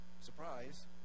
surprise